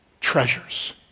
treasures